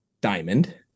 diamond